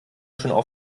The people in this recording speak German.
schon